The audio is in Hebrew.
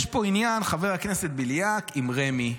יש פה עניין, חבר הכנסת בליאק, עם רמ"י.